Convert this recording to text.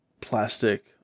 plastic